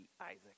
Isaac